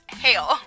Hail